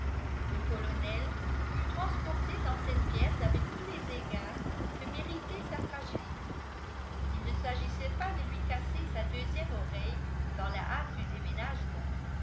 le colonel fut transporté dans cette pièce avec tous les égards que méritait sa fragilité il ne s'agissait pas de lui casser sa deuxième oreille dans la hâte du déménagement